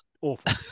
awful